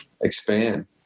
expand